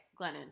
Glennon